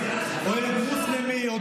בסיעה שלכם,